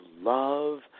love